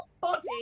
body